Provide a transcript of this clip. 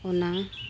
ᱚᱱᱟ